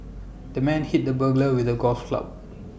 the man hit the burglar with A golf club